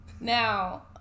now